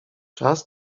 czas